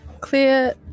clear